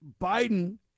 Biden